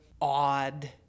odd